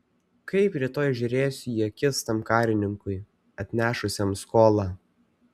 kaip rytoj žiūrėsiu į akis tam karininkui atnešusiam skolą